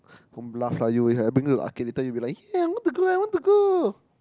don't bluff lah you I bring you to the arcade later you be like !yay! I want to go I want to go